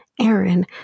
Aaron